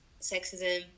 sexism